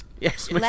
yes